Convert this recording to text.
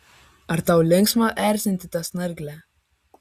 ar tau linksma erzinti tą snarglę